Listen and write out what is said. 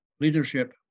leadership